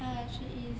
uh she is